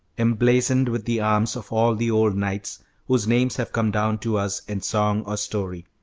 emblazoned with the arms of all the old knights whose names have come down to us in song or story.